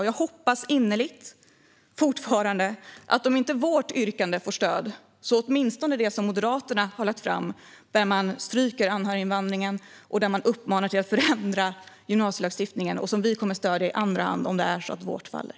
Jag hoppas fortfarande innerligt att om inte vårt yrkande får stöd att åtminstone Moderaternas får det. Där stryker man anhöriginvandringen och uppmanar till att förändra gymnasielagstiftningen. Vi kommer att stödja det i andra hand om vårt faller.